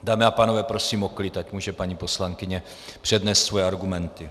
Dámy a pánové, prosím o klid, ať může paní poslankyně přednést svoje argumenty.